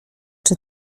czy